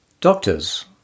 Doctors